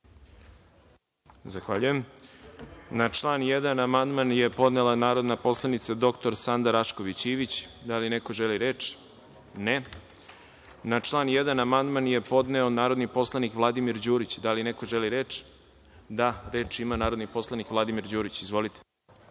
Zahvaljujem. Na član 1. amandman je podnela narodna poslanica dr Sanda Rašković Ivić. Da li neko želi reč? (Ne.)Na član 1. amandman je podneo narodni poslanik Vladimir Đurić. Da li neko želi reč? (Da.)Reč ima narodni poslanik Vladimir Đurić. Izvolite.